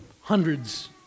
hundreds